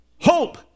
hope